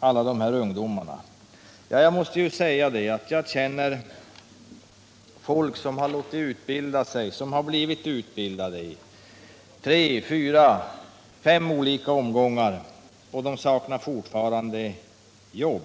alla de här arbetslösa ungdomarna. Jag känner människor som blivit utbildade i tre fyra fem olika omgångar, och de saknar fortfarande jobb.